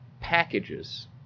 packages